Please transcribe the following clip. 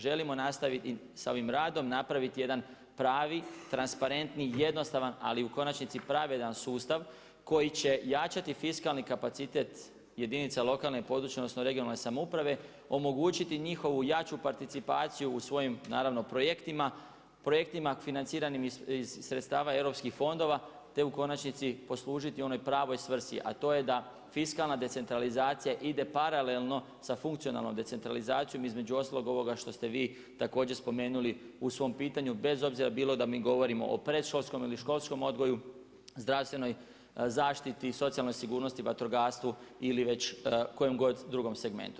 Želimo nastaviti sa ovim radom, napraviti jedan pravi, transparentni jednostavan, ali u konačnici pravedan sustav koji će jačati fiskalni kapacitet jedinice lokalne (regionalne) i područne samouprave, omogućiti njihovu jaču participaciju u svojim projektima, projektima financiranim iz sredstava europskih fondova te u konačnici poslužiti onoj pravoj svrsi, a to je da fiskalna decentralizacija ide paralelno sa funkcionalnom decentralizacijom između ostalog ovoga što ste vi također spomenuli u svom pitanju, bez obzira bilo da mi govorimo o predškolskom ili školskom odgoju, zdravstvenoj zaštiti, socijalnoj sigurnosti, vatrogastvu ili već kojegod drugom segmentu.